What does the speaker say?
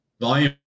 Volume